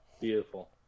Beautiful